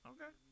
Okay